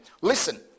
Listen